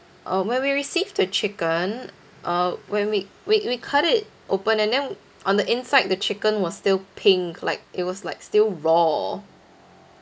uh when we received the chicken uh when we we we cut it open and then on the inside the chicken was still pink like it was like still raw